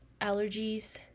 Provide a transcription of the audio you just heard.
allergies